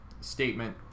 statement